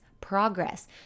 progress